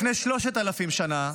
לפני שלושת אלפים שנה,